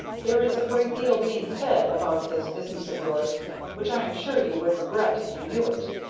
there is a great deal being said about this business of yours which i am sure you would regret if you knew it.